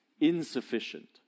insufficient